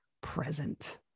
present